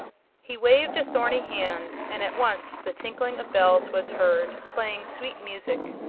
he waved a thorny hand and at once the tinkling of bells was heard, playing sweet music.